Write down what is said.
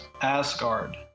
Asgard